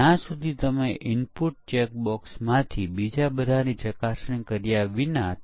અને પછી બ્લેકબોક્સ પરીક્ષણ માટે આપણે વપરાશ આધારિત પરીક્ષણ ઉપયોગ કરીયે છીયે કે કેમ